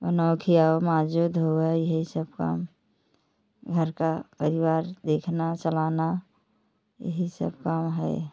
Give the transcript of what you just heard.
अनौखी आओ माजो धो यही सब काम घर का परिवार देखना चलाना यही सब काम है